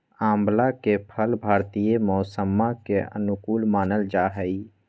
आंवला के फल भारतीय मौसम्मा के अनुकूल मानल जाहई